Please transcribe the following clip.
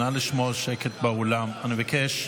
נא לשמור על שקט באולם, אני מבקש.